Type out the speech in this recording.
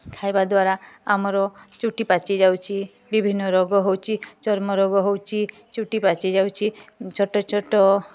ଖାଇବା ଦ୍ୱାରା ଆମର ଚୁଟି ପାଚି ଯାଉଛି ବିଭିନ୍ନ ରୋଗ ହେଉଛି ଚର୍ମ ରୋଗ ହେଉଛି ଚୁଟି ପାଚି ଯାଉଛି ଛୋଟ ଛୋଟ